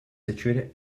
situated